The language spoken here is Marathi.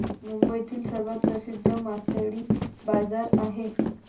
मुंबईतील सर्वात प्रसिद्ध मासळी बाजार आहे